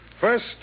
First